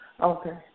Okay